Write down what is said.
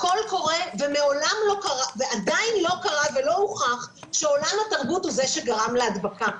הכול קורה ועדיין לא קרה ולא הוכח שעולם התרבות הוא זה שגרם להדבקה.